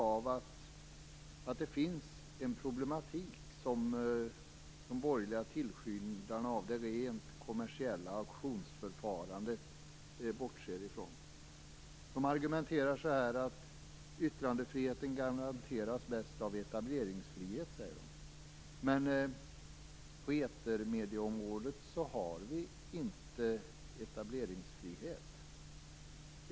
Jo, av att det finns en problematik som de borgerliga tillskyndarna av det rent kommersiella auktionsförfarandet bortser ifrån. De argumenterar genom att säga att yttrandefriheten bäst garanteras av etableringsfrihet. Men på etermedieområdet har vi inte etableringsfrihet.